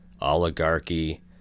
oligarchy